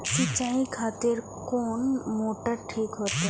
सीचाई खातिर कोन मोटर ठीक होते?